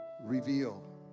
reveal